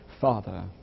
father